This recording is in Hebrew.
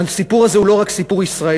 הסיפור הזה הוא לא רק סיפור ישראלי.